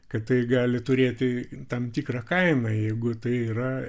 kad tai gali turėti tikrą kaimą jeigu tai yra